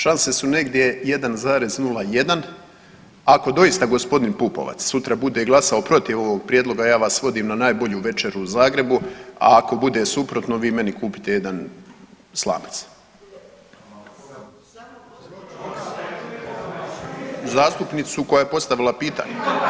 Šanse su negdje 1,01 ako doista g. Pupovac sutra bude glasao protiv ovog prijedloga, ja vas vodim na najbolju večeru u Zagrebu, a ako bude suprotno, vi meni kupite jedan slanac. ... [[Upadica se ne čuje.]] Zastupnicu koja je postavila pitanje.